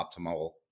optimal